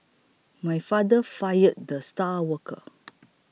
my father fired the star worker